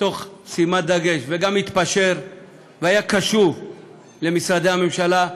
תוך שימת דגש, וגם התפשר והיה קשוב למשרדי הממשלה.